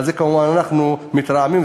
על זה כמובן אנחנו מתרעמים,